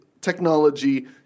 technology